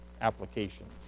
applications